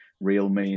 Realme